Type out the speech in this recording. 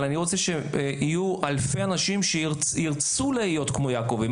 אבל אני רוצה שיהיו אלפי אנשים שירצו להיות כמו היעקבים,